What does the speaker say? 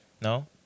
No